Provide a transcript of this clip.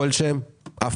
אף